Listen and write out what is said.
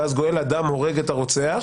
ואז גואל הדם הורג את הרוצח,